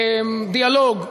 דיאלוג,